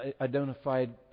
identified